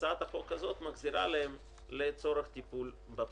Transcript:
הצעת החוק הזאת מחזירה להן לצורך טיפול בפסולת.